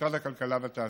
ומשרד הכלכלה והתעשייה.